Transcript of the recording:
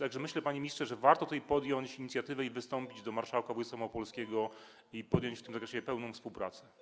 Tak że myślę, panie ministrze, że warto tutaj podjąć inicjatywę, wystąpić do marszałka województwa małopolskiego i podjąć w tym zakresie pełną współpracę.